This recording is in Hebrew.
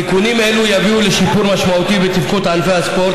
תיקונים אלו יביאו לשיפור משמעותי בתפקוד ענפי הספורט